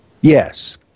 Yes